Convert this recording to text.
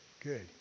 good